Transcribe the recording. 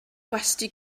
gwesty